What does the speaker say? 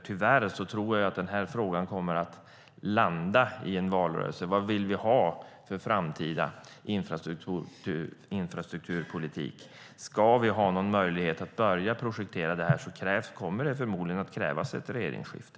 Tyvärr tror jag nämligen att denna fråga kommer att landa i en valrörelse. Vad vill vi ha för framtida infrastrukturpolitik? Ska vi ha någon möjlighet att börja projektera detta kommer det förmodligen att krävas ett regeringsskifte.